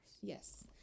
Yes